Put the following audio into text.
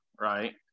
right